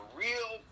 real